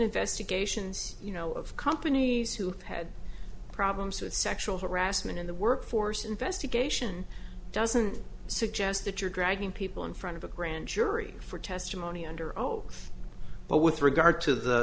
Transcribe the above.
investigations you know of companies who had problems with sexual harassment in the workforce investigation doesn't suggest that you're dragging people in front of a grand jury for testimony under oath but with regard to